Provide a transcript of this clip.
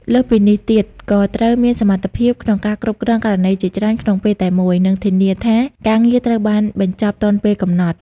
លើសពីនេះទៀត ក៏ត្រូវមានសមត្ថភាពក្នុងការគ្រប់គ្រងករណីជាច្រើនក្នុងពេលតែមួយ និងធានាថាការងារត្រូវបានបញ្ចប់ទាន់ពេលកំណត់។